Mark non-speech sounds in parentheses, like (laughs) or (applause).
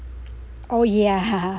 oh yeah (laughs)